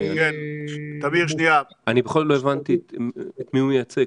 אני לא הבנתי את מי הוא מייצג.